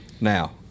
Now